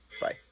Bye